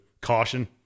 Caution